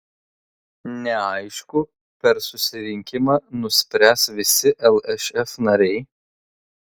neaišku per susirinkimą nuspręs visi lšf nariai